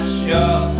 sure